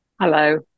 Hello